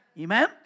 Amen